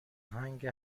هنگ